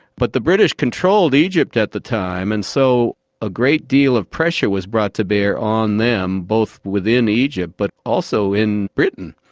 but the british controlled egypt at the time, and so a great deal of pressure was brought to bear on them, both within egypt but also in britain,